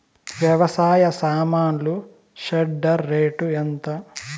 వ్యవసాయ సామాన్లు shredder rate ఎంత?